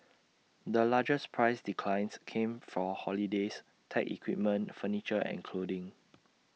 the largest price declines came for holidays tech equipment furniture and clothing